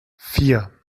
vier